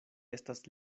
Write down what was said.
estas